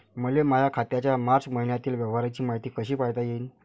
मले माया खात्याच्या मार्च मईन्यातील व्यवहाराची मायती कशी पायता येईन?